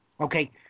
Okay